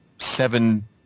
seven